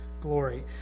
glory